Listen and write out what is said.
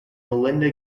melinda